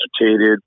Agitated